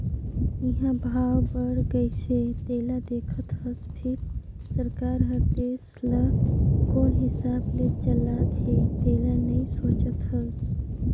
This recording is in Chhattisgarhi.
इंहा भाव बड़ गइसे तेला देखत हस फिर सरकार हर देश ल कोन हिसाब ले चलात हे तेला नइ सोचत हस